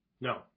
No